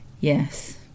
Yes